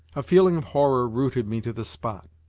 a feeling of horror rooted me to the spot.